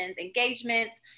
engagements